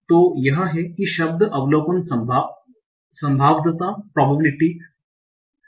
तो यह है कि शब्द ओबसरवेशन प्रोबेबिलिटीस प्रॉबबिलिटि wi